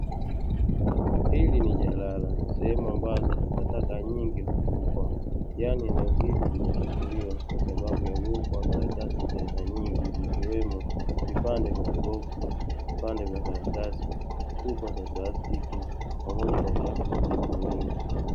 Hili ni jalala sehemu ambazo takataka nyingi hutupwa yaani eneo hili limechafuliwa kwa sababu ya uwepo wa karatasi za aiana nyingi zikiwemo vipande vya maboksi, vipande vya makaratasi, chupa za plastiki pamoja na uchafu mwingine mwingi.